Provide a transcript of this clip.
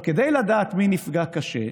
עכשיו, כדי לדעת מי נפגע קשה,